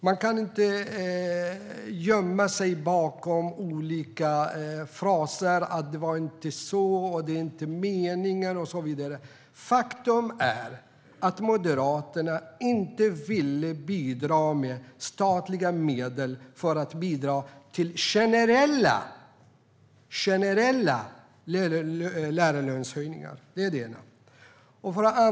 Man kan inte gömma sig bakom olika fraser, att det inte var så, att det inte var meningen och så vidare. Faktum är att Moderaterna inte ville bidra med statliga medel till generella lärarlönehöjningar.